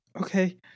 okay